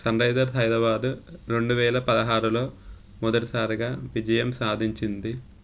Sunrisers Hyderabad రెండు వేల పదహారులో మొదటిసారిగా విజయం సాధించింది